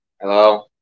Hello